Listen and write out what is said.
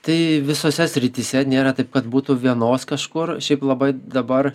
tai visose srityse nėra taip kad būtų vienos kažkur šiaip labai dabar